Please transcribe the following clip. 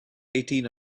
eighteen